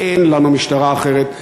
אין לנו משטרה אחרת,